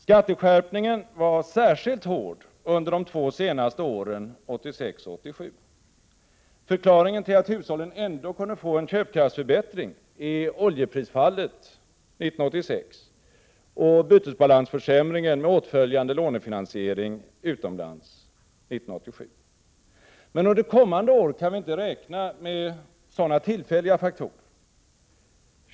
Skatteskärpningen var särskilt hård under de två senaste åren 1986 och 1987. Förklaringen till att hushållen ändå kunde få en köpkraftsförbättring är oljeprisfallet 1986 och bytesbalansförsämringen med åtföljande lånefinansiering utomlands 1987. Men under kommande år kan vi inte räkna med sådana tillfälliga faktorer.